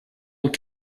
what